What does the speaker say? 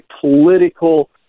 political